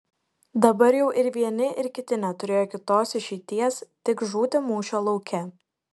dabar jau ir vieni ir kiti neturėjo kitos išeities tik žūti mūšio lauke